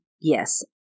Yes